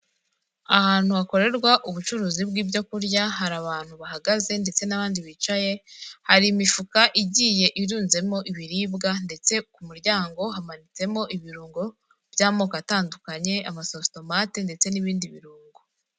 Ahantu hakorerwa ubucuruzi bw'ibyo kurya, hari abantu bahagaze ndetse n'abandi bicaye, hari imifuka igiye irunzemo ibiribwa ndetse ku muryango hamanitsemo ibirungo by'amoko atandukanye amasosotomate ndetse n'ibindi birungo.